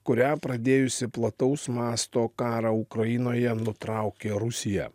kurią pradėjusi plataus masto karą ukrainoje nutraukė rusija